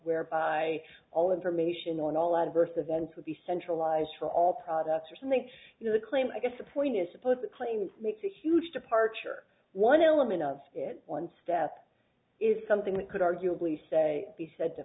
whereby all information on all adverse events will be centralized for all products or some make the claim i guess the point is supposed to claim it makes a huge departure one element of it one step is something that could arguably say be said to